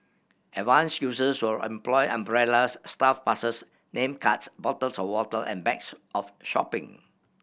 advanced users will employ umbrellas staff passes name cards bottles of water and bags of shopping